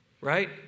right